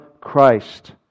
Christ